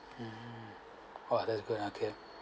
mm !wah! that's good ah clear